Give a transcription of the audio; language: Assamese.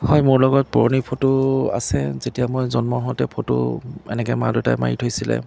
হয় মোৰ লগত পুৰণি ফটো আছে যেতিয়া মই জন্ম হওঁতে ফটো এনেকৈ মা দেউতাই মাৰি থৈছিলে